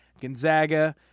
Gonzaga